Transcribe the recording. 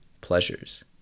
pleasures